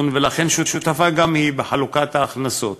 גם מזכרת-בתיה,